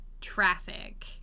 traffic